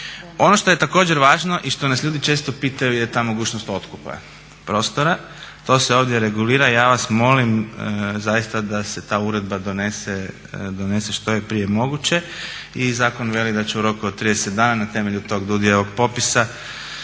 Ono što je također važno i što nas ljudi često pitaju je ta mogućnost otkupa prostora. To se ovdje regulira i ja vas molim zaista da se ta uredba donese što je prije moguće. I zakon veli da će u roku od 30 dana na temelju tog DUDI-evog popisa